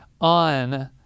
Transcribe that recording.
on